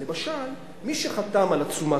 למשל, מי שחתם על עצומה